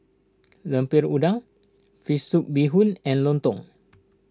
Lemper Udang Fish Soup Bee Hoon and Lontong